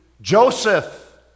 Joseph